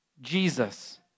Jesus